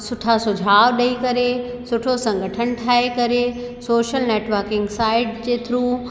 सुठा सुझाव ॾेई करे सुठो संगठन ठाहे करे सोशल नैटवर्किंग साइट जे थ्रू